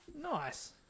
Nice